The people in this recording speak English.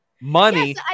money